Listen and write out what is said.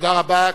תודה רבה.